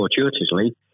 fortuitously